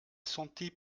santé